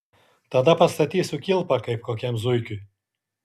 tada pastatysiu kilpą kaip kokiam zuikiui